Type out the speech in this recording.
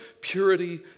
purity